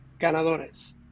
Ganadores